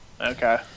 Okay